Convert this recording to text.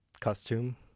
costume